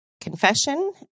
confession